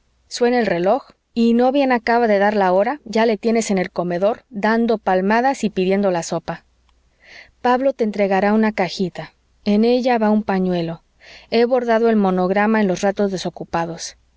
suena el reloj y no bien acaba de dar la hora ya le tienes en el comedor dando palmadas y pidiendo la sopa pablo te entregará una cajita en ella va un pañuelo he bordado el monograma en los ratos desocupados